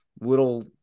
little